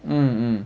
mm mm